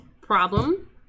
problem